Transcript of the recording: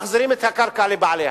מחזירים את הקרקע לבעליה.